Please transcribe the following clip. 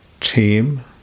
team